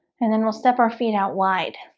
and then we'll step our feet out wide